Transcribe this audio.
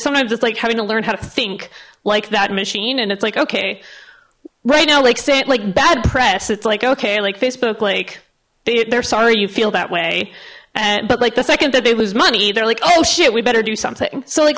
sometimes it's like having to learn how to think like that machine and it's like okay right now like say it like bad press it's like okay like facebook like they're sorry you feel that way and but like the second that they lose money they're like oh shit we better do something so like